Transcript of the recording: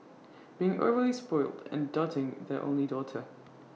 being overly spoilt and doting their only daughter